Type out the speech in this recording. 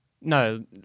No